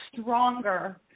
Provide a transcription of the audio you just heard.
stronger